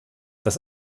das